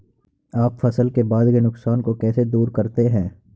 आप फसल के बाद के नुकसान को कैसे दूर करते हैं?